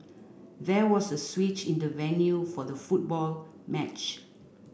there was a switch in the venue for the football match